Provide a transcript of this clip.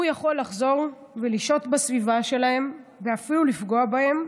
הוא יכול לחזור ולשהות בסביבה שלהן ואפילו לפגוע בהן,